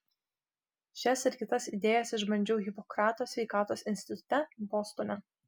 šias ir kitas idėjas išbandžiau hipokrato sveikatos institute bostone